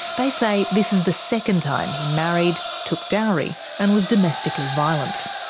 they say this is the second time he married, took dowry, and was domestically violent.